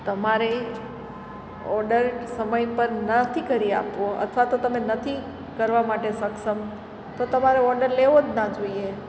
તમારે ઓડર સમય પર નથી કરી આપવો અથવા તો તમે નથી કરવા માટે સક્ષમ તો તમારે ઓડર લેવો જ ના જોઈએ